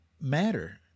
matter